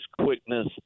quickness